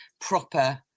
proper